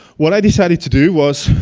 what i decided to do was,